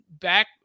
back